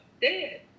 dead